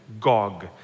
Gog